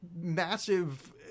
massive